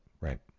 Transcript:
right